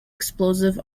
explosive